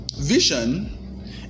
vision